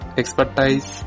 expertise